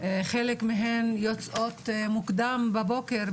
חלק מהן יוצאות מוקדם בבוקר,